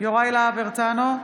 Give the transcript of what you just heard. יוראי להב הרצנו,